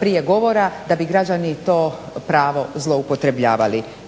prije govora da bi građani to pravo zloupotrjebljavali.